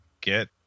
get